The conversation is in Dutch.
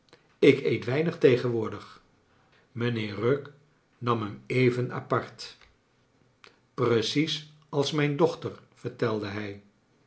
ik eet weinig tegenwoordig mijnheer rugg nam hem even apart precies als mijn dochter vertelde hij